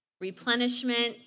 replenishment